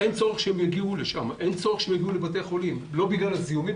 אין צורך שיגיעו לבתי החולים ולהסתכן בזיהומים,